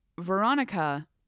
Veronica